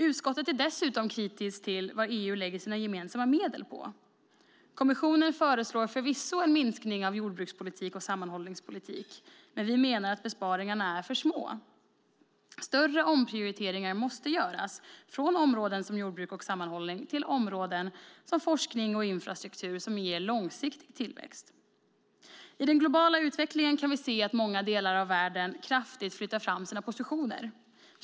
Utskottet är dessutom kritiskt till vad EU lägger sina gemensamma medel på. Kommissionen föreslår förvisso en minskning av jordbrukspolitik och sammanhållningspolitik, men vi menar att besparingarna är för små. Större omprioriteringar måste göras från områden som jordbruk och sammanhållning till områden som forskning och infrastruktur som ger långsiktig tillväxt. I den globala utvecklingen kan vi se att många delar av världen kraftigt flyttar fram sina positioner.